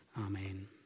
Amen